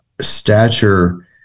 stature